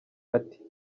ati